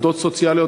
עובדות סוציאליות,